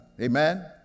amen